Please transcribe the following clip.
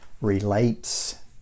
relates